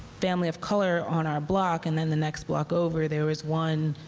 family of color on our block. and then the next block over, there was one